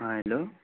ہاں ہیلو